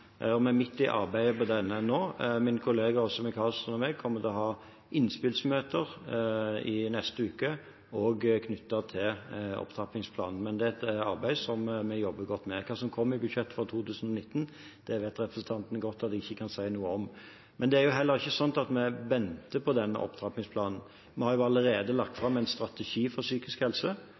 og vi er midt i arbeidet med den nå. Min kollega Åse Michaelsen og jeg kommer til å ha innspillsmøter i neste uke knyttet til opptrappingsplanen, og det er et arbeid som vi jobber godt med. Hva som kommer i budsjettet for 2019, vet representanten godt at jeg ikke kan si noe om. Men det er heller ikke slik at vi venter på opptrappingsplanen. Vi har allerede lagt fram en strategi for psykisk helse,